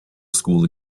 school